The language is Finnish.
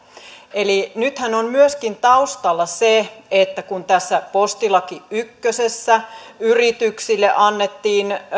eli nythän on taustalla myöskin se että kun tässä postilaki ykkösessä yrityksille annettiin